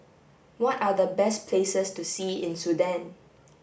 what are the best places to see in Sudan